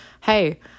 hey